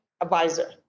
advisor